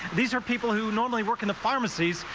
these are people who normally work in the pharmacies,